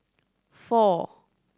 four